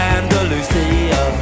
Andalusia